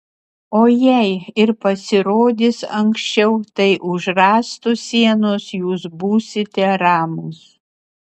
o jei ir pasirodys anksčiau tai už rąstų sienos jūs būsite ramūs